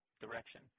direction